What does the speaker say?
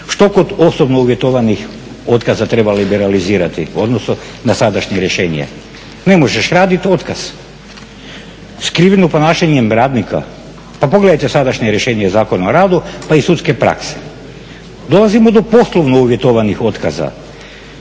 Što kod osobno uvjetovanih otkaza treba liberalizirati u odnosu na sadašnje rješenje? Ne možeš raditi, otkaz. Skrivljenim ponašanjem radnika? Pa pogledajte sadašnje rješenje Zakona o radu pa i sudske prakse. Dolazimo do poslovno uvjetovanih otkaza.